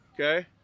Okay